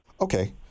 Okay